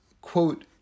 quote